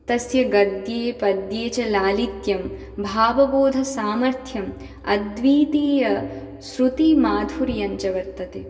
तस्य गद्ये पद्ये च लालित्यं भावबोधसामर्थ्यम् अद्वितीयश्रुतिमाधुर्यं च वर्तते